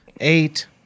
eight